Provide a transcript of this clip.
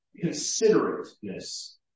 considerateness